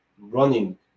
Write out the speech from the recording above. running